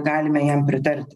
galime jam pritart